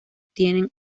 tienen